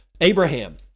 Abraham